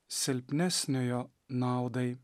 silpnesniojo naudai